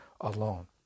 alone